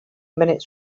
minutes